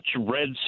red